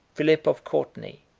philip of courtenay,